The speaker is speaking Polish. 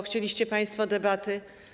Chcieliście państwo debaty?